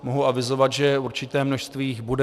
Mohu avizovat, že určité množství jich bude.